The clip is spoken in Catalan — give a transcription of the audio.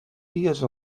dies